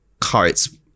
cards